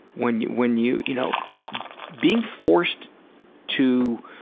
when when you, you know being forced to